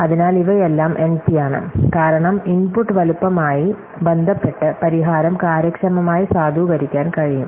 അതിനാൽ ഇവയെല്ലാം എൻപിയാണ് കാരണം ഇൻപുട്ട് വലുപ്പവുമായി ബന്ധപ്പെട്ട് പരിഹാരം കാര്യക്ഷമമായി സാധൂകരിക്കാൻ കഴിയും